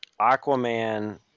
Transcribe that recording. Aquaman